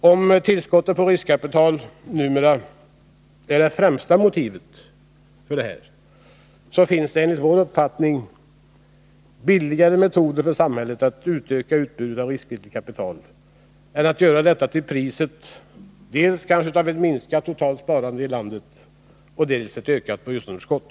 Om tillskottet på riskkapital numera är det främsta motivet, så finns det enligt vår uppfattning för samhället billigare metoder att öka utbudet av riskvilligt kapital än att göra det till priset av dels ett minskat totalt sparandei Nr 45 samhällsekonomin, dels ett kraftigt ökat budgetunderskott.